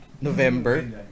November